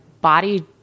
body